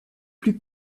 plus